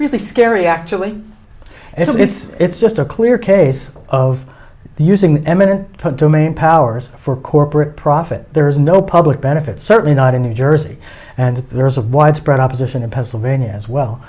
really scary actually it's just a clear case of the using eminent domain powers for corporate profit there's no public benefit certainly not in new jersey and there is a widespread opposition in pennsylvania as well